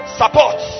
support